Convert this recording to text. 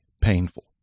painful